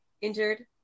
injured